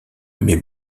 mais